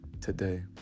today